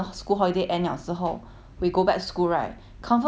we go back school right confirm cannot commit five days mah 对不对